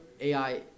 AI